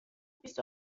بیست